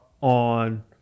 on